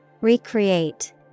Recreate